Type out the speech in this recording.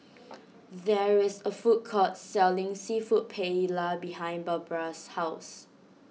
there is a food court selling Seafood Paella behind Barbra's house